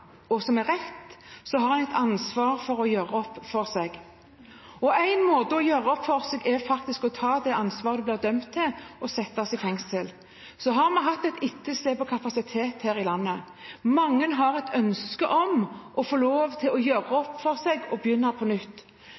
skal, som er rett, har de ansvar for å gjøre opp for seg. En måte å gjøre opp for seg på er å ta ansvar for det du er dømt for, og bli satt i fengsel. Så har vi hatt et etterslep på kapasiteten her i landet. Mange har et ønske om å få lov til å gjøre opp for seg og begynne på nytt.